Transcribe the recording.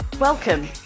Welcome